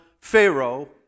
Pharaoh